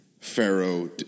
pharaoh